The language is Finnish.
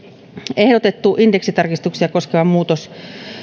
ehdotettu indeksitarkistuksia koskeva muutos